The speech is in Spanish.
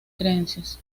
creencias